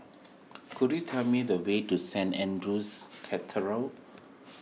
could you tell me the way to Saint andrew's